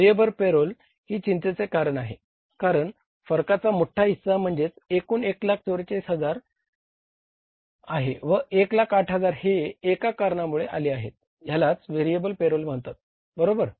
variable payroll ही चिंतेचे कारण आहे कारण फरकाचा मोठा हिस्सा म्हणजे एकूण 144 हजार आहे व 108000 हे एका कारणामुळे आले आहे ह्यालाच व्हेरिएबल पेरोल म्हणतात बरोबर